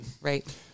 Right